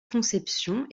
conception